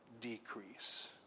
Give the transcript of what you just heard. decrease